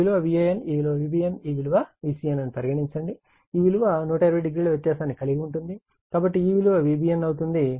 ఈ విలువ Van ఈ విలువ Vbn ఈ విలువ Vcn అని పరిగణించండి కాబట్టి ఈ విలువ 120o వ్యత్యాసాన్ని కలిగి ఉంటుంది కాబట్టి ఈ విలువ Vbn అవుతుంది